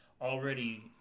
already